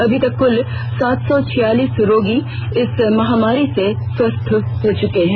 अभी तक कुल सात सौ छियालीस रोगी इस महामारी से स्वस्थ हो चुके हैं